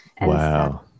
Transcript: Wow